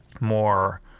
more